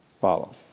follow